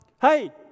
hey